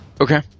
okay